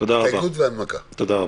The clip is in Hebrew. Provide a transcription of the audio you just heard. תודה רבה,